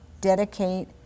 dedicate